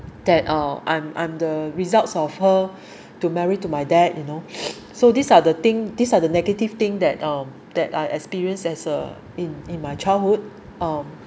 that uh I'm I'm the results of her to marry to my dad you know so these are the thing these are the negative thing that um that I experienced as a in in my childhood um